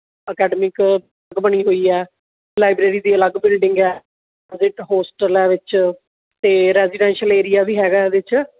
academic ਬਣੀ ਹੋਈ ਹੈ ਲਾਈਬ੍ਰੇਰੀ ਦੀ ਅਲੱਗ ਬਿਲਡਿੰਗ ਹੈ ਉਹਦੇ ਇੱਕ ਹੋਸਟਲ ਹੈ ਵਿੱਚ ਅਤੇ ਰੈਜੀਡੈਂਸ਼ਅਲ ਏਰੀਆ ਵੀ ਹੈਗਾ ਇਹਦੇ 'ਚ